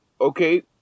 Okay